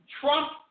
Trump